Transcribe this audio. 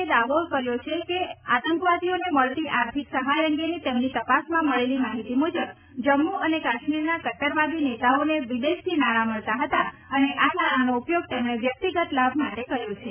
દ્વારા દાવો કરાયો છે કે આતંકવાદીઓને મળતી આર્થિક સહાય અંગેની તેમની તપાસમાં મળેલી માહિતી મુજબ જમ્મુ અને કાશ્મીરના કટ્ટરવાદી નેતાઓને વિદેશથી નાણાં મળતા હતા અને આ નાણાંનો ઉપયોગ તેમણે વ્યક્તિગત લાભ માટે કર્યો છે